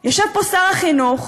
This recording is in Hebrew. יושב פה שר החינוך,